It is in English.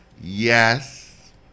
yes